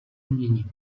změnit